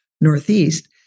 Northeast